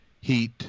heat